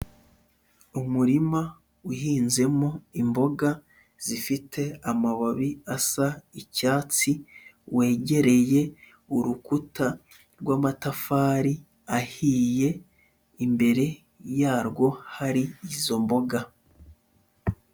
Umurima uhinzemo imboga zifite amababi asa icyatsi, wegereye urukuta rw'amatafari ahiye, imbere yarwo hari izo mboga.